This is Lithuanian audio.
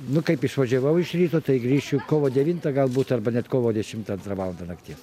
nu kaip išvažiavau iš ryto tai grįšiu kovo devintą galbūt arba net kovo dešimtą antrą valandą nakties